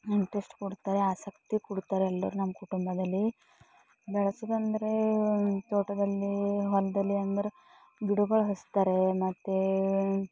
interest ಕೊಡ್ತಾರೆ ಆಸಕ್ತಿ ಕೊಡ್ತಾರೆ ಎಲ್ಲರೂ ನಮ್ಮ ಕುಟುಂಬದಲ್ಲಿ ಬೆಳೆಸಿ ಬಂದರೆ ತೋಟದಲ್ಲಿ ಹೊಲ್ದಲ್ಲಿ ಅಂದ್ರೆ ಗಿಡ್ಗಳು ಹಚ್ತಾರೆ ಮತ್ತು